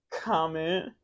comment